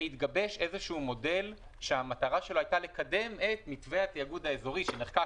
והתגבש מודל שהמטרה שלו הייתה לקדם את מתווה התאגוד האזורי שנחקק,